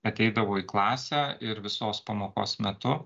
ateidavo į klasę ir visos pamokos metu